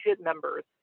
members